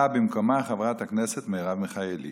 באה במקומה חברת הכנסת מרב מיכאלי.